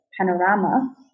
panorama